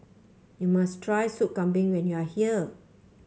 you must try Soup Kambing when you are here